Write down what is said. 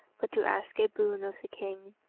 but to ask a boon of the king.